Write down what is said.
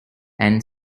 and